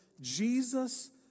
Jesus